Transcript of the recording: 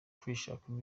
kwishakamo